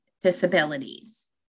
disabilities